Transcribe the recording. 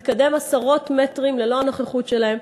מתקדם עשרות מטרים ללא הנוכחות שלהם,